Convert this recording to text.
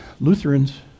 Lutherans